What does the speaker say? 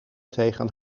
tegen